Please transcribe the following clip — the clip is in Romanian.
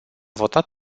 votat